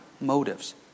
motives